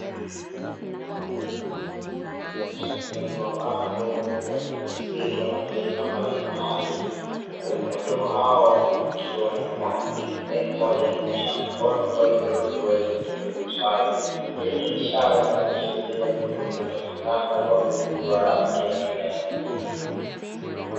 Mkusanyiko wa watu wenye asili ya mataifa mbalimbali huku mmoja wao akiwa ni mwanamke mrembo aliyenyosha mkono kwa lengo la kuweza kujibu maswali, hii ni ishara inayoashiria kutokupatikana ubaguzi wa rangi katika eneo hili.